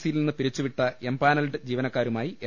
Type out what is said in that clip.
സിയിൽ നിന്ന് പിരിച്ചുവിട്ട എംപാനൽ ജീവ നക്കാരുമായി എൽ